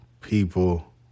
people